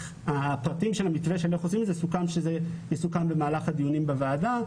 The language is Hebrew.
הפרטים של המתווה שמיוחסים זה סוכם שזה יסוכם במהלך הדיונים בוועדה.